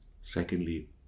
Secondly